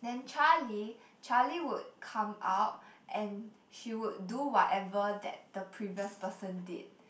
then Charlie Charlie would come out and she would do whatever that the previous person did